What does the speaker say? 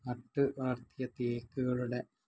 നട്ട് വളർത്തിയ തേക്കുകളുടെ